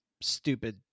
stupid